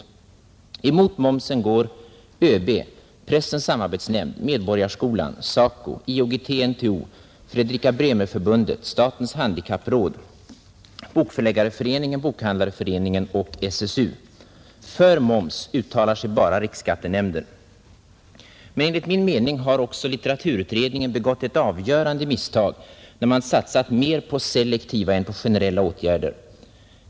De som går emot momsen är: ÖB, Pressens samarbetsnämnd, Medborgarskolan, SACO, IOGT/NTO, Fredrika Bremer-förbundet, statens handikappråd, Svenska bokförläggareföreningen, Svenska bokhandlareföreningen och SSU. För moms uttalar sig bara riksskattenämnden. Men enligt min mening har också litteraturutredningen begått ett avgörande misstag när man satsat mer på selektiva än på generella åtgärder.